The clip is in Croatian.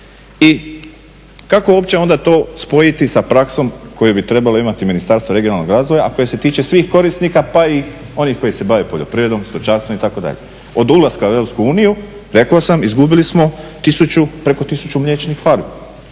I kako uopće onda to spojiti sa praksom koju bi trebalo imati Ministarstvo regionalnog razvoja, a koje se tiče svih korisnika pa i onih koji se bave poljoprivredom, stočarstvom itd.? Od ulaska u EU rekao sam izgubili smo preko tisuću mliječnih farmi.